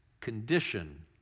condition